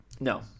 No